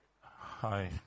Hi